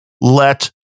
let